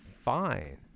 fine